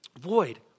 void